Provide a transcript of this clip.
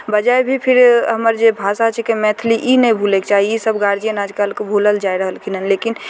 बजय भी फिर हमर जे भाषा छै मैथिली ई नहि भुलयके चाही ई सब गार्जियन आजकलके भुलल जाइ रहलखिन लेकिन